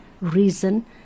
reason